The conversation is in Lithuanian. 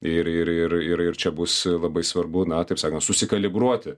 ir ir ir ir čia bus labai svarbu na taip sakant susikalibruoti